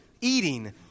eating